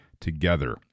together